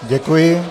Děkuji.